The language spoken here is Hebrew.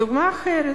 דוגמה אחרת,